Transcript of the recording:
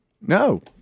No